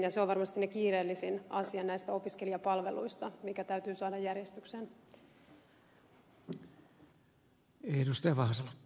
se on varmasti kiireellisin asia näistä opiskelijapalveluista mikä täytyy saada järjestykseen